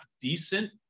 decent